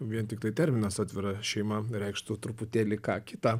vien tiktai terminas atvira šeima reikštų truputėlį ką kitą